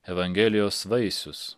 evangelijos vaisius